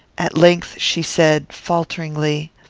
at length she said, falteringly,